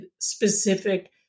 specific